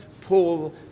Paul